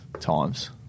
times